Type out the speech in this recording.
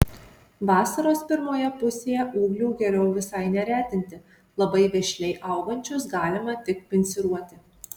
vasaros pirmoje pusėje ūglių geriau visai neretinti labai vešliai augančius galima tik pinciruoti